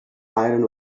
iron